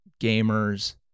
gamers